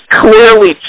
clearly